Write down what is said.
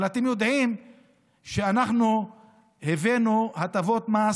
אבל אתם יודעים שאנחנו הבאנו הטבות מס